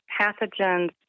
pathogens